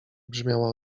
brzmiała